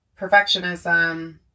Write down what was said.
perfectionism